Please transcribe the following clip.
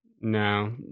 No